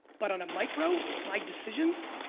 but on a micro my decisions,